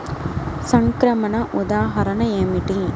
సంక్రమణ ఉదాహరణ ఏమిటి?